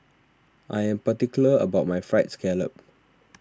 I am particular about my Fried Scallop